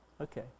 Okay